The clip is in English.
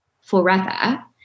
forever